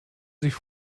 sich